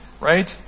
Right